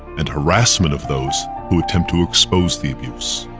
and harassment of those who attempt to expose the abuse.